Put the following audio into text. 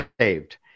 saved